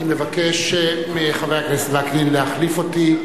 אני מבקש מחבר הכנסת וקנין להחליף אותי.